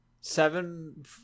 Seven